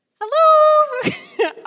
Hello